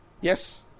Yes